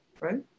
right